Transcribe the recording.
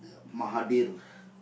Mahathir